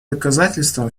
доказательством